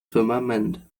firmament